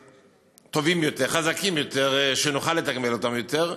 טובים יותר, חזקים יותר, שנוכל לתגמל אותם יותר,